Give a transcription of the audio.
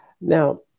Now